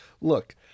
look